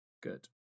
good